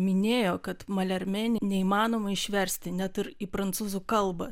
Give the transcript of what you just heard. minėjo kad malermė neįmanoma išversti net ir į prancūzų kalbą